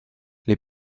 les